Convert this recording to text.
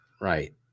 Right